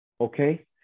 okay